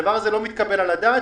הדבר הזה לא מתקבל על הדעת.